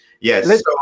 Yes